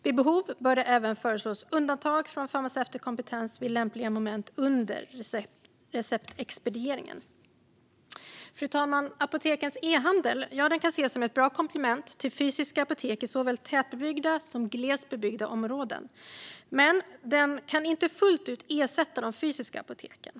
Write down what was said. Vid behov bör det även föreslås undantag från farmaceutisk kompetens vid lämpliga moment under receptexpedieringen. Fru talman! Apotekens e-handel kan ses som ett bra komplement till fysiska apotek i såväl tätbebyggda som glest bebyggda områden. Men den kan inte fullt ut ersätta de fysiska apoteken.